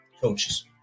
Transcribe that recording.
Coaches